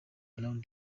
around